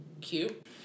cute